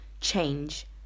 change